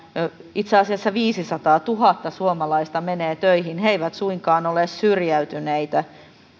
itse asiassa viisisataatuhatta tällaista suomalaista menee töihin ja he eivät suinkaan ole syrjäytyneitä